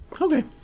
Okay